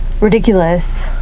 ridiculous